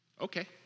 Okay